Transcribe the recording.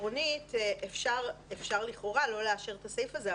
עקרונית אפשר לכאורה לא לאשר את הסעיף הזה,